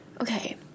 okay